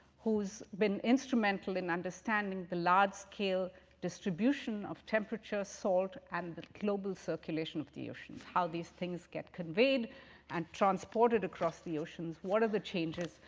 who has been instrumental in understanding the large scale distribution of temperature, salt, and the global circulation of the oceans. how these things get conveyed and transported across the oceans, what are the changes?